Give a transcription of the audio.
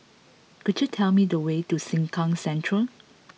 could you tell me the way to Sengkang Central